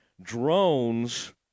drones